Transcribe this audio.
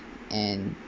and